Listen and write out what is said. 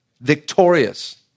victorious